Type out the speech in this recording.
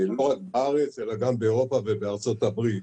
לא רק בארץ, אלא גם באירופה ובארצות הברית.